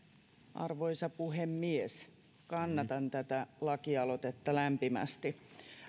arvoisa puhemies kannatan tätä lakialoitetta lämpimästi